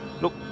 look